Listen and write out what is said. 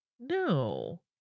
no